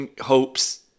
hopes